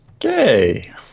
Okay